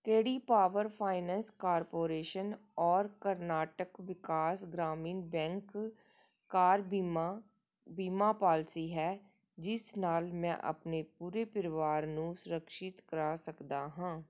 ਕਿਹੜੀ power finance corporation ਔਰ Karnataka Vikas Grameen bank car ਬੀਮਾ ਬੀਮਾ ਪਾਲਿਸੀ ਹੈ ਜਿਸ ਨਾਲ ਮੈਂ ਆਪਣੇ ਪੂਰੇ ਪਰਿਵਾਰ ਨੂੰ ਸੁਰਿਕਸ਼ਿਤ ਕਰਾ ਸਕਦਾ ਹਾਂ